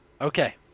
Okay